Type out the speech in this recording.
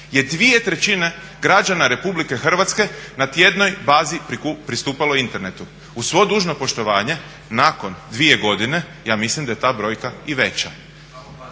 godine je 2/3 građana Republike Hrvatske na tjednoj bazi pristupalo internetu. Uz svo dužno poštovanje nakon 2 godine ja mislim da je ta brojka i veća.